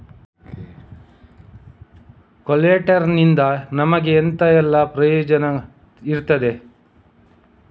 ಕೊಲ್ಯಟರ್ ನಿಂದ ನಮಗೆ ಎಂತ ಎಲ್ಲಾ ಪ್ರಯೋಜನ ಇರ್ತದೆ?